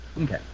Okay